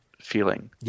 feeling